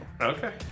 Okay